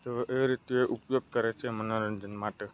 તો એ રીતે ઉપયોગ કરે છે મનોરંજન માટે